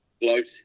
float